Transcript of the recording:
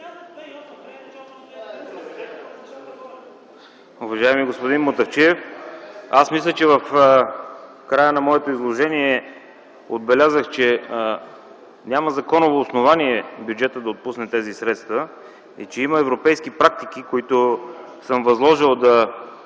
Уважаеми господин Мутафчиев, аз мисля, че в края на моето изложение отбелязах, че няма законово основание лицето да отпусне тези средства и че има европейски практики, които съм възложил да